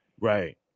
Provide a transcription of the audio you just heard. right